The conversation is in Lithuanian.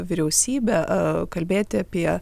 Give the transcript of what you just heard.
vyriausybę a kalbėti apie